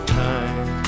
time